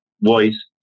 voice